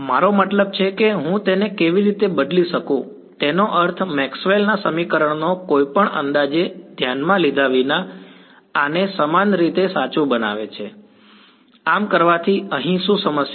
ના મારો મતલબ છે કે હું તેને કેવી રીતે બદલી શકું તેનો અર્થ મેક્સવેલ ના સમીકરણો કોઈપણ અંદાજને ધ્યાનમાં લીધા વિના આને સમાન રીતે સાચું બનાવે છે આમ કરવાથી અહીં શું સમસ્યા છે